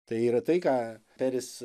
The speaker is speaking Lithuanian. tai yra tai ką peris